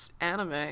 anime